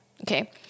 okay